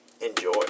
enjoy